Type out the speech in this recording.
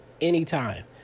anytime